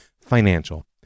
financial